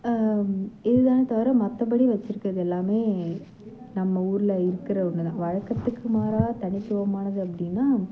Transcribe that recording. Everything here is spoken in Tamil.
இது தானே தவிர மற்றபடி வச்சுருக்கிறது எல்லாமே நம்ம ஊரில் இருக்கிற ஒன்று தான் வழக்கத்துக்கு மாறாக தனித்துவமானது அப்படினா